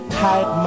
tight